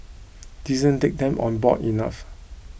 didn't take them on board enough